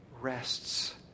rests